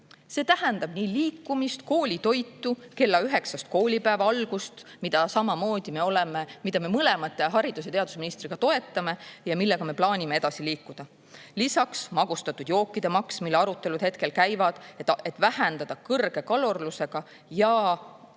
See tähendab liikumist ning ka koolitoitu ja kella üheksast koolipäeva algust, mida samamoodi me mõlemad haridus‑ ja teadusministriga toetame ja millega me plaanime edasi liikuda. Lisaks magustatud jookide maks, mille arutelud hetkel käivad, et vähendada kõrge kalorsusega ja